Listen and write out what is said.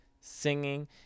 singing